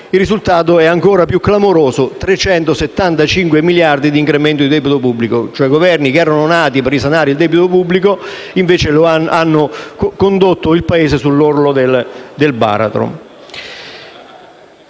il risultato è ancora più clamoroso: 375 miliardi di incremento di debito pubblico. Governi nati per risanare il debito pubblico hanno condotto il Paese sull'orlo del baratro.